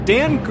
Dan